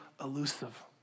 elusive